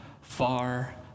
far